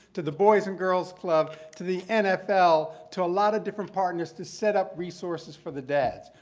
to the boys and girls club, to the nfl, to a lot of different partners to set up resources for the dads.